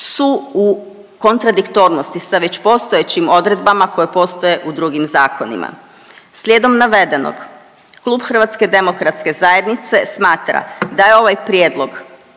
su u kontradiktornosti sa već postojećim odredbama koje postoje u drugim zakonima. Slijedom navedenog, Klub HDZ-a smatra da je ovaj prijedlog